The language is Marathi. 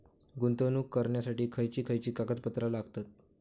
गुंतवणूक करण्यासाठी खयची खयची कागदपत्रा लागतात?